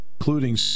including